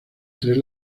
tres